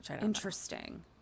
Interesting